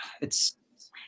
it's-